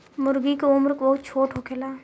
मूर्गी के उम्र बहुत छोट होखेला